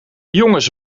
jongens